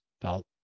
felt